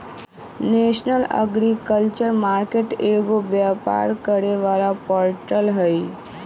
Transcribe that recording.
national agriculture market एगो व्यापार करे वाला पोर्टल हई